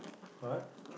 what